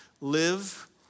live